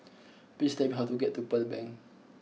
please tell me how to get to Pearl Bank